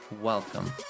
Welcome